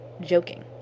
joking